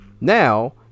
Now